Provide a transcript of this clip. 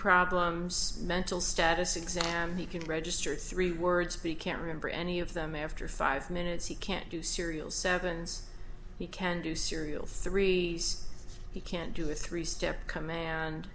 problems mental status exam he can register three words be can't remember any of them after five minutes he can't do serial sevens he can do serial three he can't do it three step command